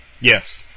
Yes